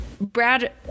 Brad